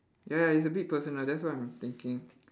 ya ya it's a bit personal that's why I'm thinking